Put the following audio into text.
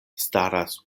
staras